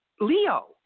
Leo